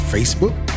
Facebook